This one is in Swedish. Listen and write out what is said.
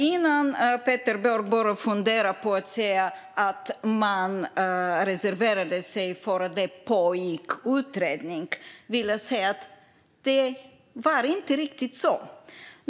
Innan Peder Björk börjar fundera på att säga att de reserverade sig för att det pågick en utredning vill jag säga att det inte riktigt var så.